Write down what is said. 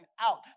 out